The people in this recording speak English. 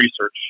research